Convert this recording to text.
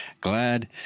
Glad